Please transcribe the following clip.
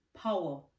power